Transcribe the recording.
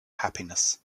happiness